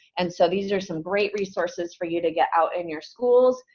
and so these are some great resources for you to get out in your schools,